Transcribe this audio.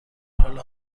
حال